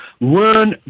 learn